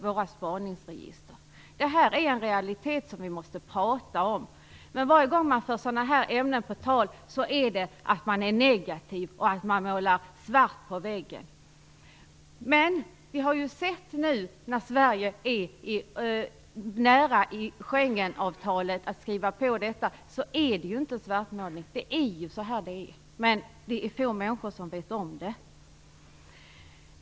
Detta är en realitet som vi måste diskutera. Men varje gång man för sådana här ämnen på tal heter det att man är negativ och att man svartmålar. Men nu när Sverige är på väg att skriva under Schengenavtalet har vi märkt att det inte är svartmålning. Det är ju så här det är, men det är få människor som känner till det.